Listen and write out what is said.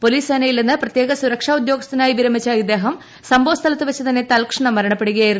police സേനയിൽ നിന്ന് പ്രത്യേക സുരക്ഷാ ഉദ്യോഗസ്ഥനായി വിരമിച്ച ഇദ്ദേഹം സംഭവ സ്ഥലത്ത് വച്ചു തന്നെ തൽക്ഷണം മരണപ്പെടുകയായിരുന്നു